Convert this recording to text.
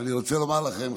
אני רוצה לומר לכם,